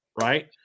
Right